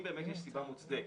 אם באמת יש סיבה מוצדקת,